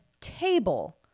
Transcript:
table